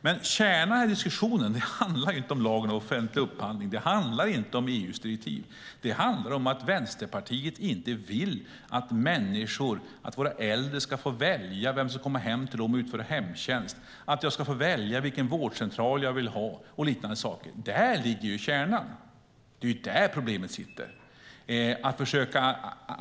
Men kärnan i diskussionen handlar inte om lagen om offentlig upphandling, inte om EU:s direktiv, utan den handlar om att Vänsterpartiet inte vill att äldre ska få välja vem som kommer hem till dem och utföra hemtjänst eller att man ska få välja vårdcentral. Där ligger ju kärnan. Det är där som problemet finns.